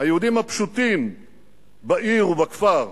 היהודים הפשוטים בעיר ובכפר,